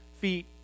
feet